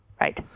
Right